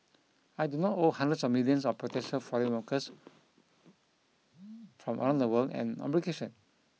I do not owe hundreds of millions of potential foreign workers from around the world an obligation